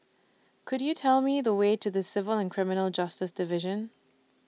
Could YOU Tell Me The Way to The Civil and Criminal Justice Division